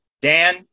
dan